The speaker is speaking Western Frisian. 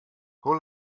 hoe